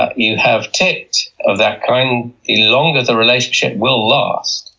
ah you have ticked of that kind, the longer the relationship will last.